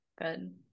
Good